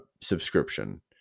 subscription